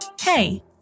Hey